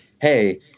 hey